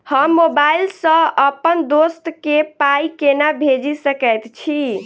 हम मोबाइल सअ अप्पन दोस्त केँ पाई केना भेजि सकैत छी?